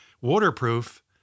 waterproof